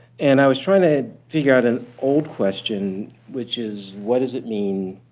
and i was trying to figure out an old question, which is, what does it mean